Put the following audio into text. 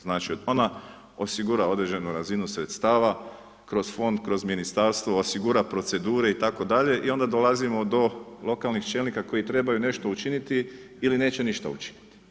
Znači,… [[Govornik se ne razumije]] osigura određenu razinu sredstava kroz Fond, kroz Ministarstvo, osigura procedure itd. i onda dolazimo do lokalnih čelnika koji trebaju nešto učiniti ili neće ništa učiniti.